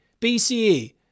BCE